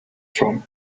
from